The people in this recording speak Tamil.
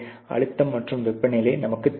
அழுத்தம் மற்றும் வெப்பநிலை நமக்கு தெரியும்